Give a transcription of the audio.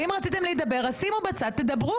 אם רציתם להידבר, אז שימו בצד, תדברו.